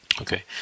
Okay